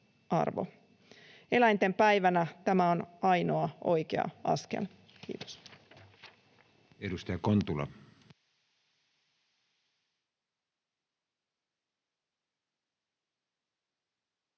Eläinten päivänä tämä on ainoa oikea askel. — Kiitos.